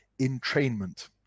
entrainment